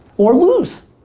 or lose.